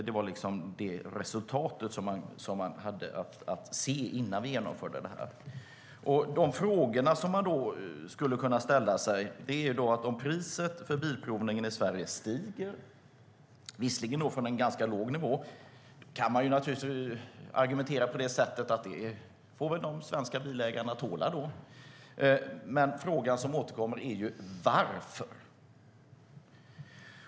Det var de resultat som man kunde se innan vi genomförde avregleringen. De frågor som man skulle kunna ställa sig är om priset för bilprovningen i Sverige stiger - visserligen från en ganska låg nivå - kan man argumentera så, att det får väl de svenska bilägarna tåla. Frågan som återkommer är ju: Varför?